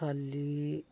खाली